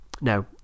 no